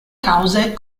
cause